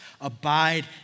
abide